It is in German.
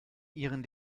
ihren